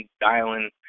dialing